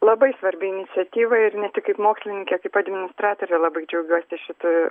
labai svarbi iniciatyva ir ne tik kaip mokslininkė kaip administratorė labai džiaugiuosi šita